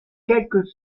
quelques